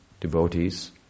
devotees